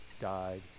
died